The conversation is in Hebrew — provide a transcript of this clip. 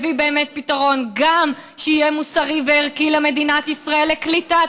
באמת פתרון שיהיה מוסרי וערכי למדינת ישראל לקליטת